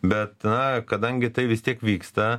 bet na kadangi tai vis tiek vyksta